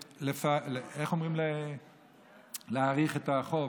איך אומרים להאריך את החוב?